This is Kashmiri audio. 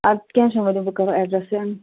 اَدٕ کیٚنہہ چھُنہٕ ؤلِو بہٕ کَرو اٮ۪ڈرٮ۪س سٮ۪نٛڈ